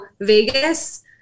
Vegas